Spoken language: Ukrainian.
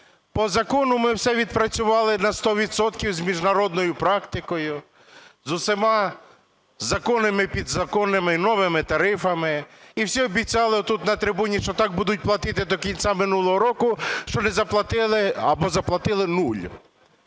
По закону ми все відпрацювали на сто відсотків з міжнародною практикою, з усіма законними і підзаконними і новими тарифами. І всі обіцяли тут, на трибуні, що так будуть платити до кінця минулого року, що не заплатили або заплатили нуль.